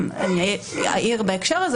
אני אעיר בהקשר הזה